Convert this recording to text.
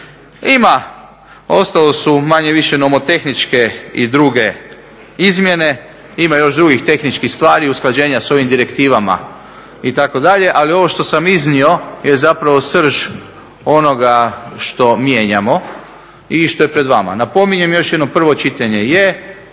Ima, ostao su manje-više nomotehničke i druge izmjene. Ima još drugih tehničkih stvari, usklađenja sa ovim direktivama itd. Ali ovo što sam iznio je zapravo srž onoga što mijenjamo i što je pred vama. Napominjem još jednom prvo čitanje je.